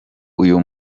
uyu